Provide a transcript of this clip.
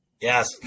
Yes